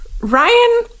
Ryan